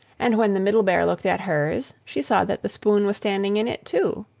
and when the middle bear looked at hers, she saw that the spoon was standing in it too.